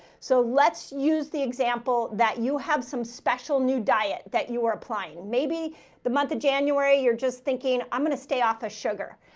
so let's use the example that you have some special new diet that you are applying. maybe the month of january. you're just thinking i'm going to stay off of sugar.